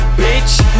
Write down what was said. bitch